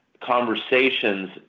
conversations